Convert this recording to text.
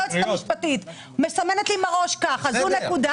היועצת המשפטית מסמנת לי עם הראש כך זו נקודה